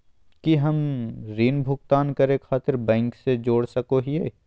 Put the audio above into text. की हम ऋण भुगतान करे खातिर बैंक से जोड़ सको हियै?